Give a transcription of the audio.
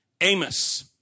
Amos